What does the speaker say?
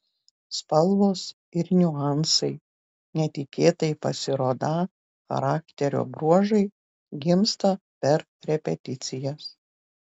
spalvos ir niuansai netikėtai pasirodą charakterio bruožai gimsta per repeticijas